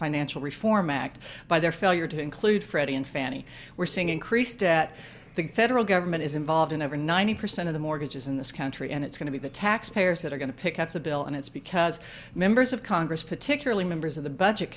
financial reform act by their failure to include freddie and fannie we're seeing increased at the federal government is involved in over ninety percent of the mortgages in this country and it's going to be the taxpayers that are going to pick up the bill and it's because members of congress particularly members of the budget